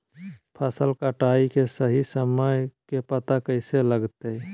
फसल कटाई के सही समय के पता कैसे लगते?